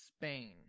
Spain